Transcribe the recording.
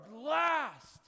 last